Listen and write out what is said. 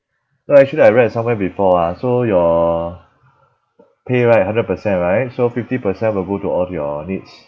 no actually I read somewhere before ah so your pay right hundred percent right so fifty percent will go to all of your needs